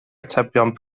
atebion